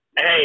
hey